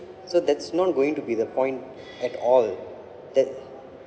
so that's not going to be the point at all that